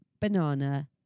banana